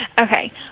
Okay